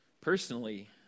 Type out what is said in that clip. personally